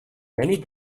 many